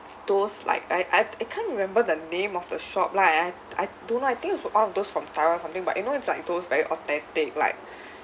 those like I I I can't remember the name of the shop lah I I don't know I think it's one of those from taiwan something but you know it's like those very authentic like